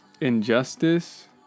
injustice